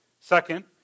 Second